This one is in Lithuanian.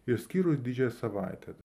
išskyrus didžiąją savaitę